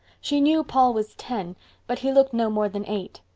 she knew paul was ten but he looked no more than eight.